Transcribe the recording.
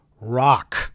rock